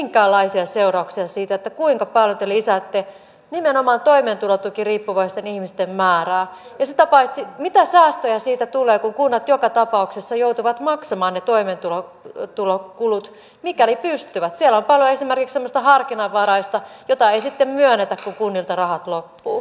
g alaisia seurauksia siitä kuinka paljon te lisäätte nimenomaan toimeentulotukiriippuvaisten ihmisten määrää ja sitä paitsi mitä säästöjä siitä tuleeko kunnat joka tapauksessa joutuvat maksamaan ne toimeentulo työtulo kulut mikäli pystyvät siellä palaisi varikselta harkinnanvaraista jota ei sitten myönnetä kunnilta rahat loppu